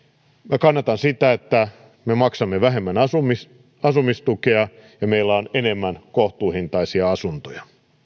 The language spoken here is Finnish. minä kannatan sitä että me maksamme vähemmän asumistukea ja meillä on enemmän kohtuuhintaisia asuntoja